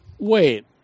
Wait